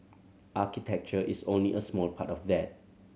architecture is only a small part of that